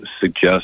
suggest